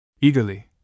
Eagerly